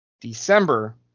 December